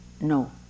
no